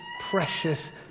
precious